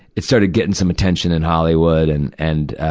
it's started getting some attention in hollywood. and, and,